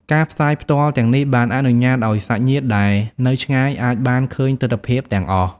ការផ្សាយផ្ទាល់ទាំងនេះបានអនុញ្ញាតឱ្យសាច់ញាតិដែលនៅឆ្ងាយអាចបានឃើញទិដ្ឋភាពទាំងអស់។